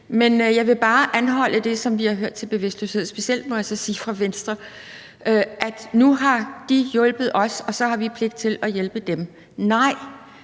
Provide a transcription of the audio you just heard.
Men jeg vil bare anholde det, som vi har hørt til bevidstløshed, specielt, må jeg så sige, fra Venstre, hvor man siger: Nu har de hjulpet os, og så har vi pligt til at hjælpe dem. Nej,